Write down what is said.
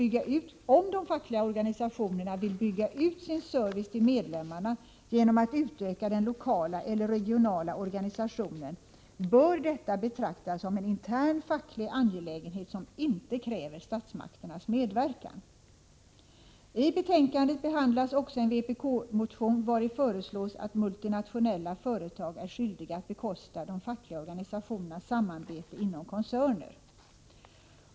Om de fackliga organisationerna vill bygga ut sin service till medlemmarna genom att utöka den lokala eller regionala organisationen, bör detta betraktas som en intern facklig angelägenhet som inte kräver statsmakternas medverkan. I betänkandet behandlas också en vpk-motion, vari föreslås att multinationella företag skulle bli skyldiga att bekosta de fackliga organisationernas samarbete inom koncerner.